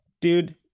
dude